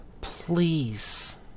Please